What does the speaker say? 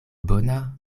bona